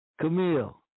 Camille